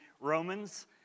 Romans